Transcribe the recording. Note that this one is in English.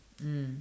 mm